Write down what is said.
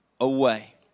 away